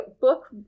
book